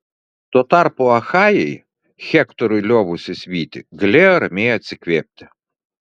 tuo tarpu achajai hektorui liovusis vyti galėjo ramiai atsikvėpti